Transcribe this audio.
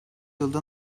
yılda